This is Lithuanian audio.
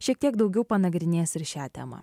šiek tiek daugiau panagrinės ir šią temą